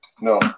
No